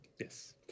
Yes